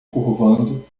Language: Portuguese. curvando